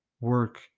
work